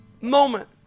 moment